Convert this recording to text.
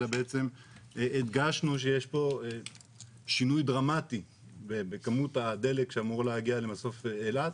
אלא הדגשנו שיש פה שינוי דרמטי בכמות הדלק שאמורה להגיע למסוף אילת,